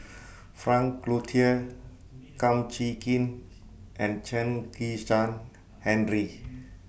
Frank Cloutier Kum Chee Kin and Chen Kezhan Henri